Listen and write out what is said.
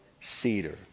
cedar